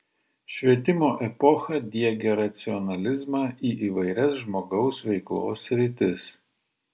švietimo epocha diegė racionalizmą į įvairias žmogaus veiklos sritis